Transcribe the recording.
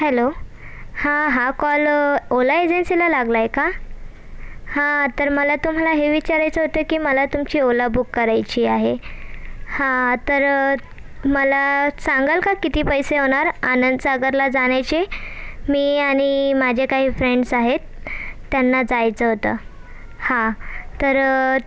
hello हां हा call Ola एजन्सीला लागलाय का हां तर मला तुम्हाला हे विचारायचं होतं की मला तुमची ओला बुक करायची आहे हां तर मला सांगाल का किती पैसे होणार आनंद सागरला जाण्याचे मी आणि माझे काही फ्रेंड्स आहेत त्यांना जायचं होतं हां तर